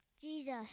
Jesus